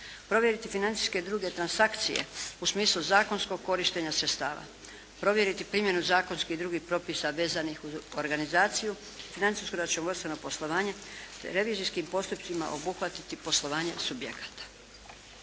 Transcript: provjeriti financijske i druge transakcije u smislu zakonskog korištenja sredstava, provjeriti primjenu zakonskih i drugih propisa vezanih uz organizaciju, financijsko i računovodstvo poslovanje te revizijskim postupcima obuhvatiti poslovanje subjekata.